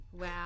Wow